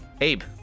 Abe